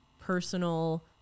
personal